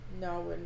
no